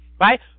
right